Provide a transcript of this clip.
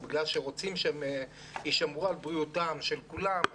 בגלל שרוצים לשמור על בריאותם של כולם.